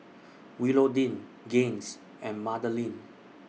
Willodean Gaines and Madalynn